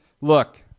Look